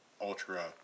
ultra